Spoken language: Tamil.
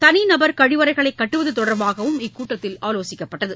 தனிநபர் கழிவறைகளை கட்டுவது தொடர்பாகவும் இக்கூட்டத்தில் ஆலோசிக்கப்பட்டது